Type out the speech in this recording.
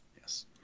Yes